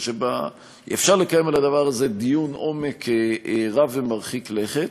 אפשר לקיים על הדבר הזה דיון עומק רב ומרחיק לכת.